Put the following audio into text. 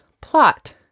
plot